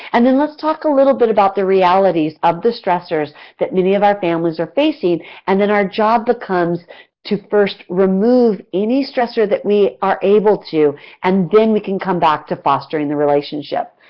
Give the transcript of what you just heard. and then let's talk a little bit about the realities of the stressors that many of our families are facing and our job becomes to first remove any stressor that we are able to and then we can come back to fostering the relationship.